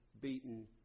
beaten